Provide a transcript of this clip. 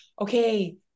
okay